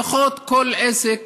כל עסק